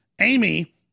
Amy